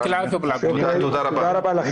תודה רבה.